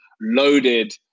loaded